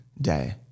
day